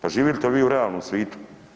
Pa živite li vi u realnom svitu?